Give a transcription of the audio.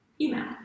email